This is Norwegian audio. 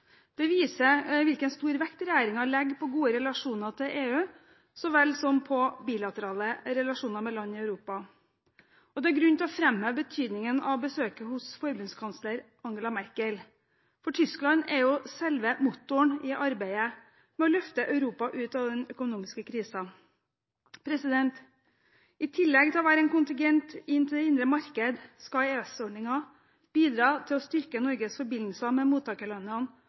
Det viser hvilken stor vekt regjeringen legger på gode relasjoner til EU så vel som på bilaterale relasjoner med land i Europa, og det er grunn til å framheve betydningen av besøket hos forbundskansler Angela Merkel, for Tyskland er jo selve motoren i arbeidet med å løfte Europa ut av den økonomiske krisen. I tillegg til å være en kontingent inn til det indre marked skal EØS-ordningen bidra til å styrke Norges forbindelser med mottakerlandene, og dermed er den et viktig virkemiddel i